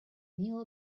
neal